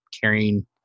carrying